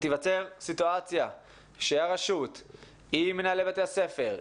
שתיווצר סיטואציה שהרשות עם מנהלי בתי הספר,